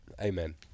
amen